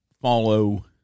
follow